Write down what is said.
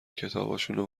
کتابشونو